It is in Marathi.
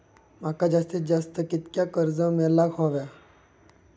माका जास्तीत जास्त कितक्या कर्ज मेलाक शकता?